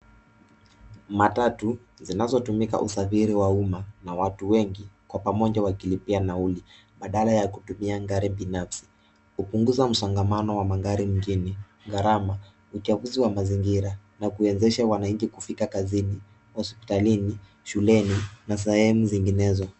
Matatu zinazotumika usafiri wa umma na watu wengi kwa pamoja wakilipa nauli badala ya kutumia gari binafsi. Hupunguza msongamano wa magari mjini, gharama, uchafuzi wa mazingira na kuwezesha wananchi kufika kazini, hospitalini, shuleni na sehemu zinginezo.